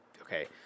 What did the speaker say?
Okay